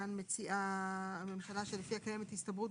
כאן יש הצעה של הממשלה להוסיף: שלפיה קיימת הסתברות